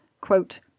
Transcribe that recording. Quote